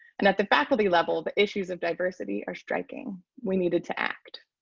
and at the faculty level, the issues of diversity are striking. we needed to act.